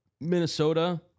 Minnesota